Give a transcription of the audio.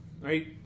right